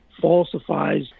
falsifies